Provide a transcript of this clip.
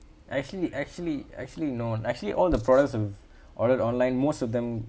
actually actually actually no actually all the products I've ordered online most of them